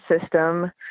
system